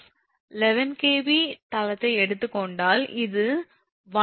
11 𝑘𝑉 தளத்தை எடுத்துக் கொண்டால் அது 1 𝑝